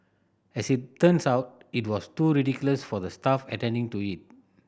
as it turns out it wasn't too ridiculous for the staff attending to it